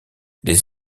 les